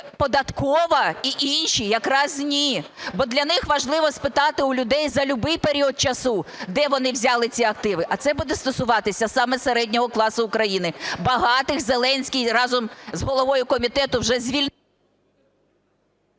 податкова і інші якраз – ні. Бо для них важливо спитати у людей за любий період часу, де вони взяли ці активи, а це буде стосуватися саме середнього класу України. Багатих Зеленський разом з головою комітету вже…